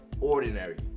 ordinary